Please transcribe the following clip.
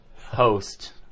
host